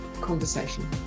conversation